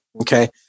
Okay